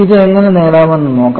ഇത് എങ്ങനെ നേടാമെന്ന് നോക്കാം